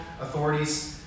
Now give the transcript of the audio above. authorities